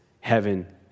heaven